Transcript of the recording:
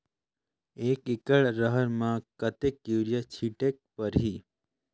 एक एकड रहर म कतेक युरिया छीटेक परही?